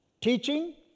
Teaching